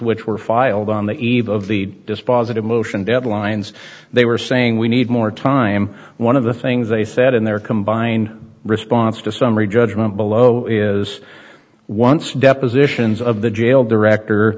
which were filed on the eve of the dispositive motion deadlines they were saying we need more time one of the things they said in their combined response to summary judgment below is once depositions of the jail director